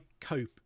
cope